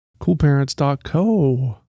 Coolparents.co